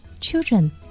Children